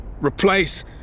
Replace